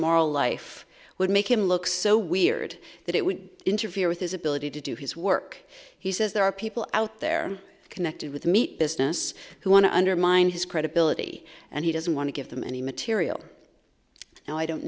moral life would make him look so weird that it would interfere with his ability to do his work he says there are people out there connected with the meat business who want to undermine his credibility and he doesn't want to give them any material and i don't